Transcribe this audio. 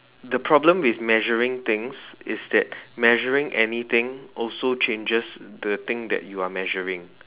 the problem with measuring things is that measuring anything also changes the thing that you are measuring